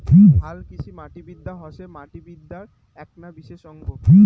হালকৃষিমাটিবিদ্যা হসে মাটিবিদ্যার এ্যাকনা বিশেষ অঙ্গ